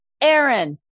Aaron